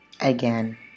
again